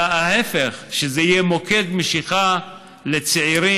אלא להפך, שזה יהיה מוקד משיכה לצעירים,